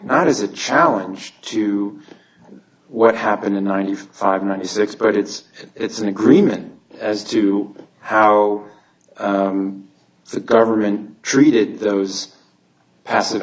as a challenge to what happened in ninety five ninety six but it's it's an agreement as to how the government treated those passive